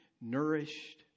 nourished